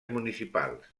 municipals